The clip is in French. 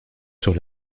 sur